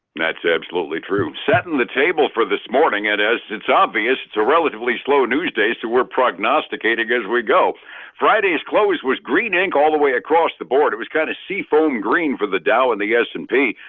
that's absolutely true. setting the table for this morning, as it's obvious it's a relatively slow news day so we're prognosticating as we go friday's close was green-ink all the way across the board, it was kind of seafoam green for the dow and the s and p.